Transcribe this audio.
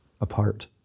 apart